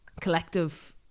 collective